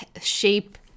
shape